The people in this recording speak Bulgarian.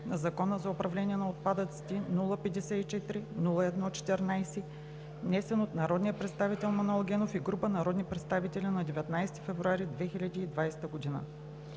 на Закона за управление на отпадъците, № 054-01-14, внесен от народния представител Манол Генов и група народни представители на 19 февруари 2020 г.